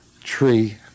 tree